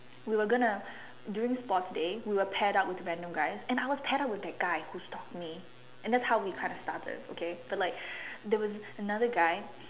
we were gonna during sports day we were paired up with random guys and I was paired up with that guy who stalked me and that's how we kind of started okay but like there was another guy